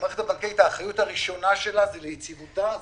האחריות הראשונה של המערכת הבנקאית היא